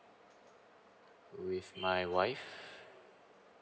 with my wife